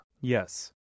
Yes